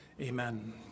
amen